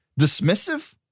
dismissive